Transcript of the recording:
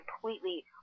completely